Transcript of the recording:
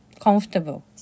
Comfortable